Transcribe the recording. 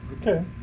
Okay